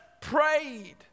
prayed